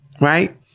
Right